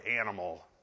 animal